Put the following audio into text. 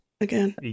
again